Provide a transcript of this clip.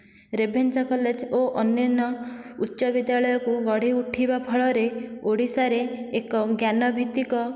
Ravenshaw college ଓ ଅନ୍ୟାନ୍ୟ ଉଚ୍ଚ ବିଦ୍ୟାଳୟକୁ ଗଢି ଉଠିବା ଫଳରେ ଓଡ଼ିଶାରେ ଏକ ଜ୍ଞାନ ଭିତ୍ତିକ